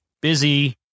busy